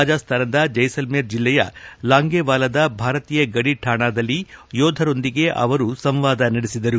ರಾಜಸ್ತಾನದ ಜೈಸಲ್ಟೇರ್ ಜಿಲ್ಲೆಯ ಲಾಂಗೇವಾಲಾದ ಭಾರತೀಯ ಗಡಿ ಠಾಣಾದಲ್ಲಿ ಯೋಧರೊಂದಿಗೆ ಅವರು ಸಂವಾದ ನಡೆಸಿದರು